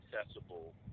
accessible